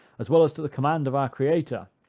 as well as to the command of our creator,